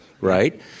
right